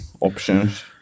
options